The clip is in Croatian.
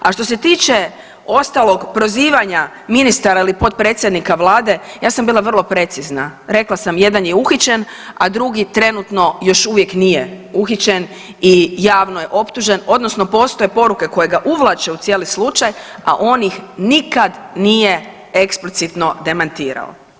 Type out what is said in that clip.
A što se tiče ostalog prozivanja ministara ili potpredsjednika Vlade, ja sam bila vrlo precizna, rekla sam jedan je uhićen, a drugi trenutno još uvijek nije uhićen i javno je optužen odnosno postoje poruke koje ga uvlače u cijeli slučaj, a on ih nikad nije eksplicitno demantirao.